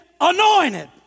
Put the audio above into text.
anointed